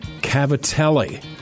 Cavatelli